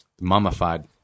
Mummified